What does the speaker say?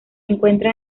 encuentra